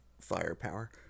firepower